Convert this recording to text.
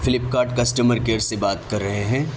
flip cart customer care سے بات کر رہے ہیں